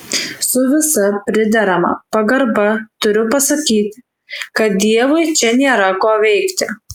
su visa priderama pagarba turiu pasakyti kad dievui čia nėra ko veikti